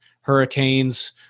hurricanes